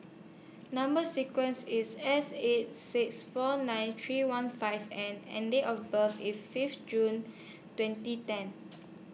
Number sequence IS S eight six four nine three one five N and Date of birth IS Fifth June twenty ten